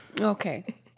Okay